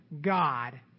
God